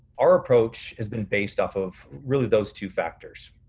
our approach has been based off of really those two factors.